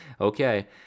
okay